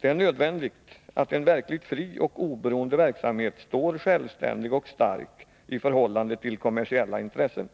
Det är nödvändigt att en verkligt fri och oberoende verksamhet står självständig och stark i förhållande till kommersiella intressen.